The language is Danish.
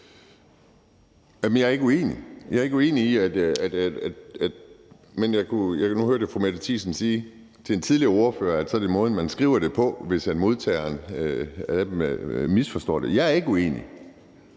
jeg er ikke uenig. Men nu hørte jeg fru Mette Thiesen sige til en tidligere ordfører, at så skyldes det måden, man skriver det på, hvis modtageren misforstår det. Jeg er ikke uenig.